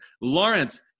Lawrence